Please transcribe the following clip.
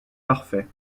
parfait